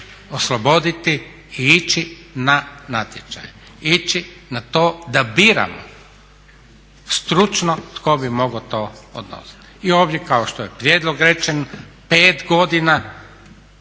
osloboditi i ići na natječaj i ići na to da biramo stručno tko bi mogao to …/Govornik se ne razumije./… I ovdje kao što je prijedlog rečen 5 godina